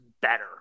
better